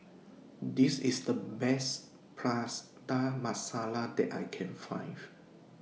This IS The Best Prata Masala that I Can Find